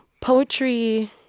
Poetry